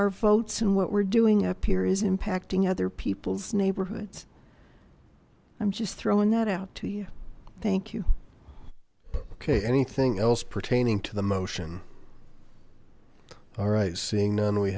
our votes and what we're doing up here is impacting other people's neighborhoods i'm just throwing that out to you thank you ok anything else pertaining to the motion all right seeing